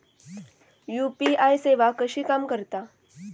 UPI सेवा कशी काम करता?